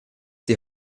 die